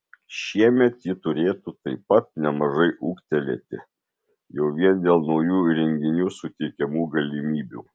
šiemet ji turėtų taip pat nemažai ūgtelėti jau vien dėl naujų įrenginių suteikiamų galimybių